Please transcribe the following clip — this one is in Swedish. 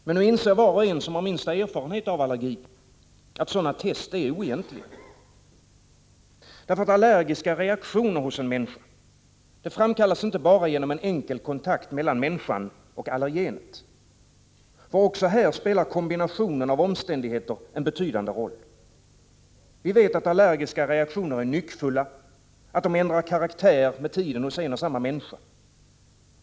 Men nu inser var och en som har minsta erfarenhet av allergi att sådana test är oegentliga. Allergiska reaktioner hos en människa framkallas inte bara genom en enkel kontakt mellan människan och allergenet. Också här spelar kombinationen av omständigheter en betydande roll. Allergiska reaktioner är nyckfulla, de ändrar karaktär med tiden hos en och samma människa.